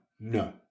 no